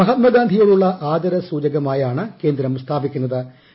മഹാത്മാഗാന്ധിയോടുള്ള ആദരസൂചകമായാണ് കേന്ദ്രം സ്ഥാപിക്കൂന്നുത്